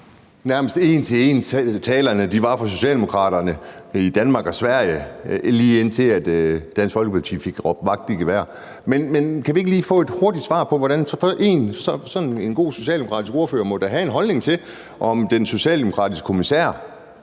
og se, hvor ens talerne fra socialdemokraterne i Danmark og Sverige nærmest var, lige indtil Dansk Folkeparti fik råbt vagt i gevær. Men kan vi ikke lige få et hurtigt svar på det? For sådan en god socialdemokratisk ordfører må da have en holdning til, om den socialdemokratiske kommissær